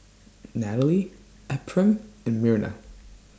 Nathalie Ephram and Myrna